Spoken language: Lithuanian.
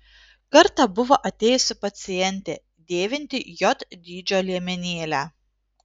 kartą buvo atėjusi pacientė dėvinti j dydžio liemenėlę